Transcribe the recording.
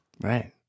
Right